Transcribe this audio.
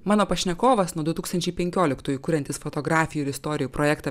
mano pašnekovas nuo du tūkstančiai penkioliktųjų kuriantis fotografijų ir istorijų projektą